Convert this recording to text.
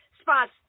spots